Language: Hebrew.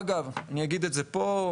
אגב אני אגיד את זה פה,